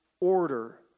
order